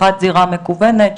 אחת בזירה מקוונת,